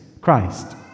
Christ